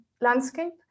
landscape